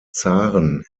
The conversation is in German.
zaren